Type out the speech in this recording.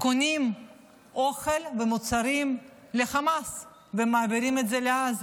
קונים אוכל ומוצרים לחמאס ומעבירים את זה לעזה.